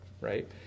Right